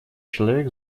человек